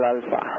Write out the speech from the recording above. Alpha